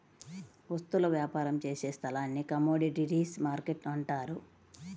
వస్తువుల వ్యాపారం చేసే స్థలాన్ని కమోడీటీస్ మార్కెట్టు అంటారు